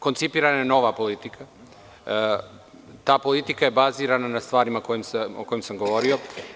Koncipirana je nova politika i ta politika je bazirana na stvarima o kojima sam govorio.